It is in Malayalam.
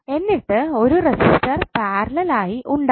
എന്നിട്ട് ഒരു റെസിസ്റ്റർ പാരലൽ ആയി ഉണ്ടാകും